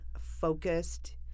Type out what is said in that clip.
focused